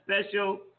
special